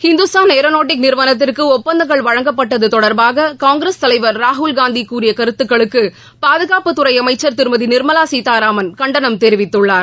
Hindustan aeronautical நிறுவனத்திற்கு ஒப்பந்தங்கள் வழங்கப்பட்டது தொடர்பாக காங்கிரஸ் தலைவர் ராகுல்காந்தி கூறிய கருத்துகளுக்கு பாதுகாப்புத்துறை அமைச்சர் திருமதி நிர்மலா சீதாராமன் கண்டனம் தெரிவித்துள்ளார்